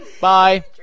Bye